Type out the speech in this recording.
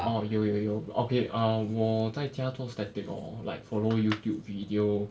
oh 有有有 okay err 我在家做 static orh like follow YouTube video